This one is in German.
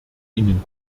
ihnen